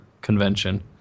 convention